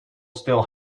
still